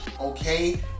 okay